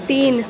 তিন